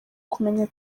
kumenya